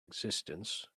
existence